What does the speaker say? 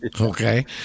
okay